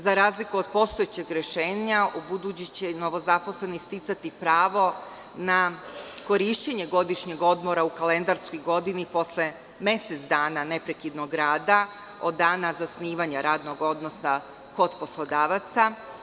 Za razliku od postojećeg rešenja u buduće će novozaposleni sticati pravo na korišćenje godišnjeg odmora u kalendarskoj godini posle mesec dana neprekidnog rada, od dana zasnivanja radnog odnosa kod poslodavca.